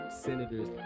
senators